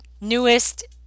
newest